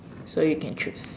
so you can chose